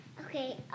Okay